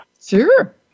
Sure